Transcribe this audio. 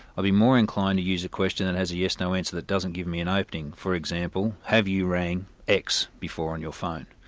i'd be more inclined to use a question that has a yes no answer that doesn't give me an opening. for example, have you rung x before on your phone?